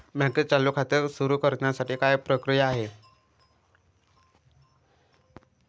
बँकेत चालू खाते सुरु करण्यासाठी काय प्रक्रिया आहे?